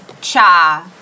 cha